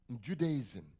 Judaism